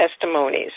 testimonies